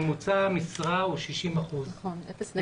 ממוצע המשרה שלהם הוא 60 אחוזים.